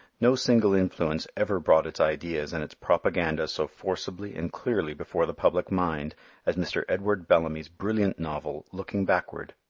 no single influence ever brought its ideas and its propaganda so forcibly and clearly before the public mind as mr. edward bellamy's brilliant novel, looking backward,